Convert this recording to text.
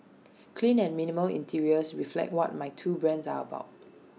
clean and minimal interiors reflect what my two brands are about